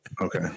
Okay